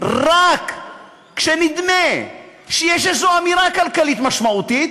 רק כשנדמה שיש איזו אמירה כלכלית משמעותית,